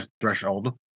threshold